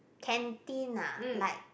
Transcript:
canteen lah like